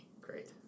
Great